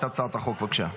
בבקשה.